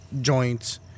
joints